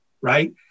Right